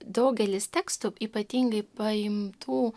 daugelis tekstų ypatingai paimtų